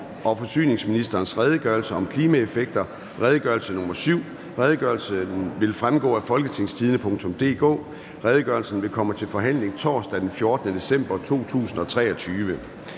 en skriftlig Redegørelse om klimaeffekter. (Redegørelse nr. R 7). Redegørelsen vil fremgå af www.folketingstidende.dk. Redegørelsen vil komme til forhandling torsdag den 14. december 2023.